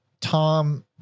Tom